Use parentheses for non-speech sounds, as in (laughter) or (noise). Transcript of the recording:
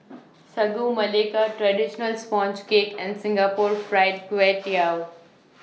(noise) Sagu Melaka Traditional Sponge Cake and Singapore Fried Kway Tiao (noise)